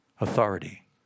Authority